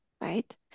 right